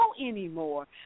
anymore